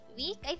week